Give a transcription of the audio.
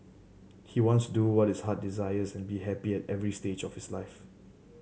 he wants do what his heart desires and be happy at every stage of his life